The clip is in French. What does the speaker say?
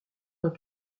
dans